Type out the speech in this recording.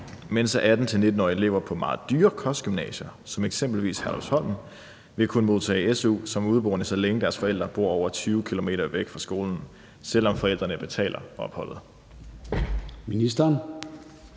mens 18-19-årige elever på meget dyre kostgymnasier som eksempelvis Herlufsholm vil kunne modtage su som udeboende, så længe deres forældre bor over 20 km væk fra skolen, selv om forældrene betaler opholdet? Skriftlig